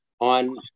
On